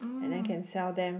and then can sell them